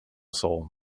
soul